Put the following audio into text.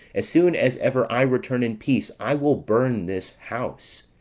as soon as ever i return in peace, i will burn this house.